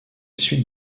suite